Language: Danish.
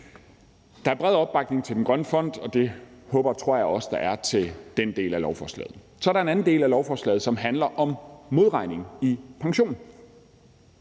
Der er bred opbakning til den grønne fond, og det håber og tror jeg også der er til den del af lovforslaget. Så er der en anden del af lovforslaget, som handler om modregning i pension.